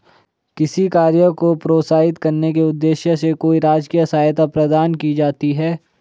किसी कार्य को प्रोत्साहित करने के उद्देश्य से कोई राजकीय सहायता प्रदान की जाती है